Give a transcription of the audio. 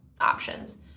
options